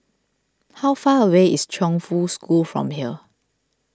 how far away is Chongfu School from here